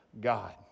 God